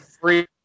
Free